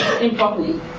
improperly